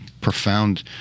profound